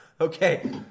Okay